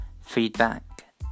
feedback